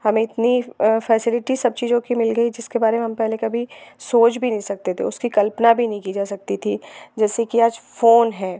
हमें इतनी फैसिलिटीज़ सब चीज़ों की मिल गई जिसके बारे में हम पहले कभी सोच भी नहीं सकते थे उसकी कल्पना भी नहीं की जा सकती थी जैसे कि आज फ़ोन है